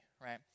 right